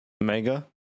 Mega